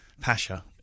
Pasha